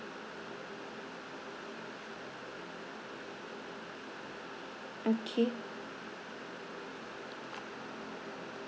okay